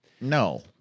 No